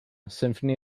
symphony